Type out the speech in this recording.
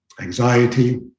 anxiety